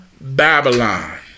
Babylon